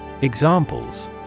Examples